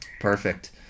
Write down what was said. Perfect